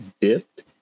dipped